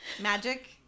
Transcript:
magic